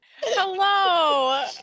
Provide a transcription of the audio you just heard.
Hello